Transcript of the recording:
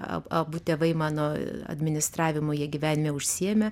abu tėvai mano administravimu jie gyvenime užsiėmė